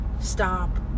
stop